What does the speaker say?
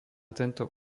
tento